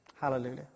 Hallelujah